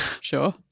Sure